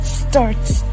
starts